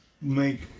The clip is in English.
make